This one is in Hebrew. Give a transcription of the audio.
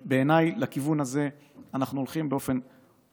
בעיניי, אנחנו הולכים לכיוון הזה באופן חד-משמעי.